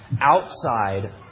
outside